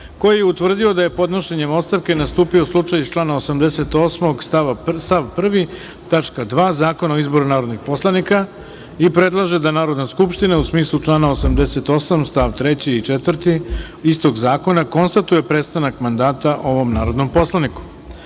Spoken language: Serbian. koji je utvrdio da je podnošenjem ostavke nastupio slučaj iz člana 88. stav 1. tačka 2) Zakona o izboru narodnih poslanika i predlaže da Narodna skupština u smislu člana 88. st. 3. i 4. istog zakona konstatuje prestanak mandata ovom narodnom poslaniku. Shodno